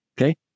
Okay